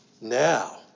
Now